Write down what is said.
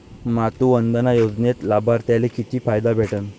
मातृवंदना योजनेत लाभार्थ्याले किती फायदा भेटन?